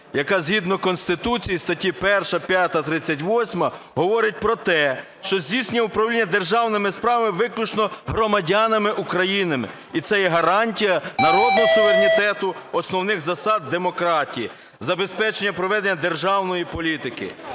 яка згідно Конституції (статтям 1, 5, 38) говорить про те, що здійснюється управління державними справами виключно громадянами України. І це є гарантія народного суверенітету, основних засад демократії, забезпечення проведення державної політики.